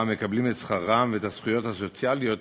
מקבלים את שכרם ואת הזכויות הסוציאליות